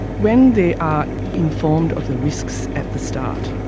when they are informed of the risks at the start,